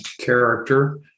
character